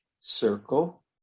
circle